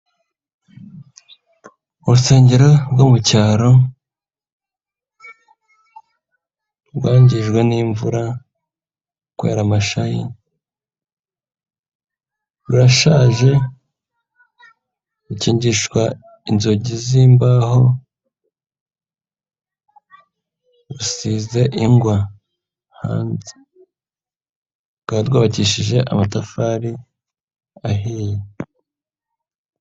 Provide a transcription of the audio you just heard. Urusengero rwo mu cyaro rwangijwe n'imvura kubera amashayi rurashaje rukingishwa inzugi zimbaho, rusize ingwa, hanze rwari rwubakishije amatafari ahiye.